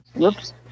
Oops